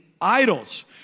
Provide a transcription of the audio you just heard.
idols